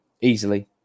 easily